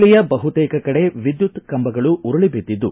ಜಿಲ್ಲೆಯ ಬಹುತೇಕ ಕಡೆ ವಿದ್ಯುತ್ ಕಂಬಗಳು ಉರುಳಿ ಬಿದ್ದಿದ್ದು